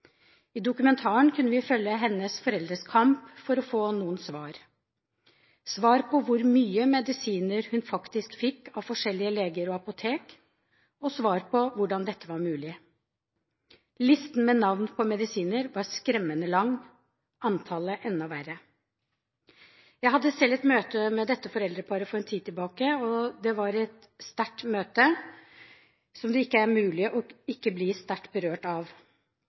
I dokumentaren kunne vi følge hennes foreldres kamp for å få noen svar – svar på hvor mye medisiner hun faktisk fikk av forskjellige leger og apotek, og svar på hvordan dette var mulig. Listen med navn på medisiner var skremmende lang – antallet enda verre. Jeg hadde selv et møte med dette foreldreparet for en tid tilbake. Det var et sterkt møte, et møte det ikke var mulig å ikke bli sterkt berørt av.